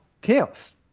chaos